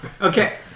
Okay